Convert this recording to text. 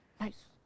Nice